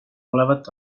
olevat